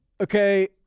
okay